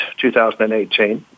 2018